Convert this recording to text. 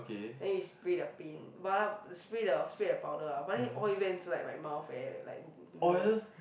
then you spray the paint but then spray the spray the powder ah but then all it went into like my mouth eh like nose